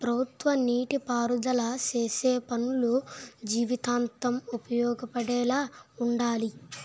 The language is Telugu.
ప్రభుత్వ నీటి పారుదల సేసే పనులు జీవితాంతం ఉపయోగపడేలా వుండాలి